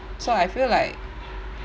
so I feel like